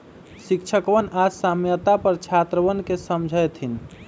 शिक्षकवन आज साम्यता पर छात्रवन के समझय थिन